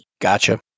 Gotcha